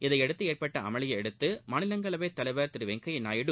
இதையடுத்து ஏற்பட்ட அமளியை அடுத்து மாநிலங்களவைத் தலைவர் திரு வெங்கையா நாயுடு